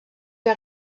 der